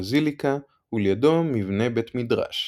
בזיליקה ולידו מבנה בית מדרש.